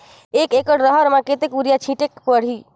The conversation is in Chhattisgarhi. एक एकड रहर म कतेक युरिया छीटेक परही?